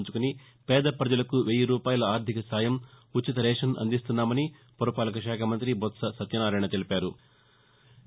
ఉంచుకుని పేద పజలకు వెయ్యి రూపాయల ఆర్లిక సాయం ఉచిత రేషన్ను అందిస్తున్నామని పురపాలక శాఖ మంతి బొత్స సత్యనారాయణ తెలిపారు